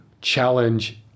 challenge